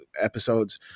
episodes